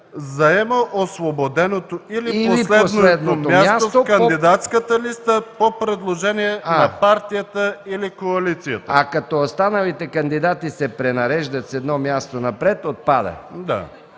„Заема освободеното или последното място в кандидатската листа по предложение на партията или коалицията”. ПРЕДСЕДАТЕЛ МИХАИЛ МИКОВ: А „като останалите кандидати се пренареждат с едно място напред” – отпада.